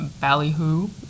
Ballyhoo